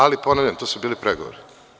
Ali, ponavljam to su bili pregovori.